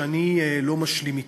שאני לא משלים אתו.